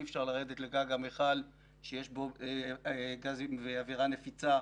אי אפשר לרדת לגג המכל שיש בו גזים ואווירה נפיצה,